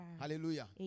hallelujah